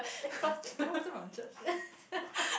and plus that guy also from church